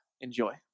Enjoy